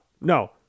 no